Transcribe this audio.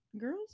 Girls